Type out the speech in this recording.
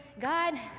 God